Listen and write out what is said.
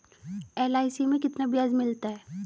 LIC में कितना ब्याज मिलता है?